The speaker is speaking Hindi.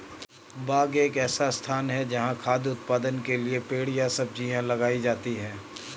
बाग एक ऐसा स्थान है जहाँ खाद्य उत्पादन के लिए पेड़ या झाड़ियाँ लगाई जाती हैं